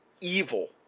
evil